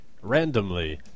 randomly